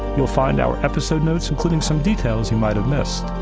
you will find our episode notes, including some details you might have missed.